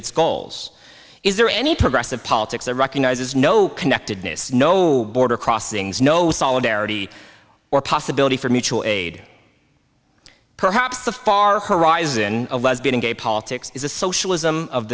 its goals is there any progressive politics that recognizes no connectedness no border crossings no solidarity or possibility for mutual aid perhaps the far horizon of lesbian gay politics is a socialism of